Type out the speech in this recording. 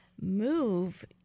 move